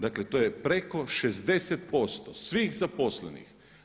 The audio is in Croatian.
Dakle, to je preko 60% svih zaposlenih.